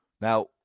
Now